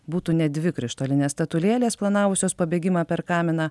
būtų ne dvi krištolinės statulėlės planavusios pabėgimą per kaminą